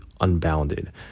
unbounded